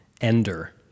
ender